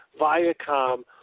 Viacom